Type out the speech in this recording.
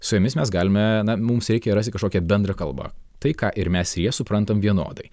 su jomis mes galime na mums reikia rasti kažkokią bendrą kalbą tai ką ir mes ir jie suprantam vienodai